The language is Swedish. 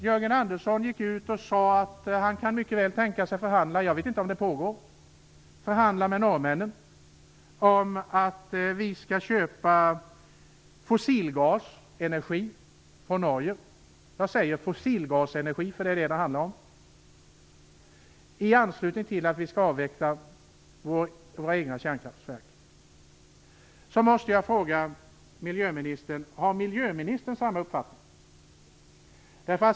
Jörgen Andersson har gått ut och sagt att han mycket väl kan tänka sig att förhandla med norrmännen - jag vet inte om det pågår förhandlingar - om att vi skall köpa fossilgasenergi från Norge i anslutning till att vi avvecklar våra egna kärnkraftverk. Jag säger "fossilgasenergi", för det är vad det handlar om. Jag måste då fråga miljöministern: Har miljöministern samma uppfattning?